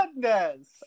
goodness